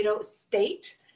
State